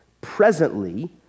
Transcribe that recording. presently